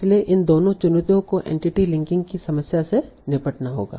इसलिए इन दोनों चुनौतियों को एंटिटी लिंकिंग की समस्या से निपटना होगा